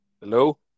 Hello